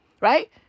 Right